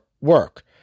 work